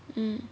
mm